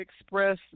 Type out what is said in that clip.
express